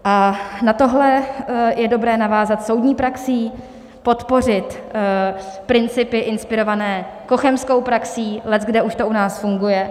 A na tohle je dobré navázat soudní praxí, podpořit principy inspirované Cochemskou praxí, leckde už to u nás funguje.